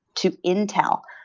to intel,